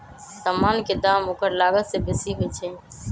समान के दाम ओकर लागत से बेशी होइ छइ